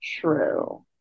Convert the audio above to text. true